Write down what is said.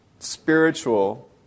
Spiritual